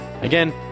again